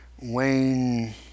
Wayne